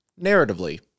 narratively